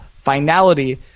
finality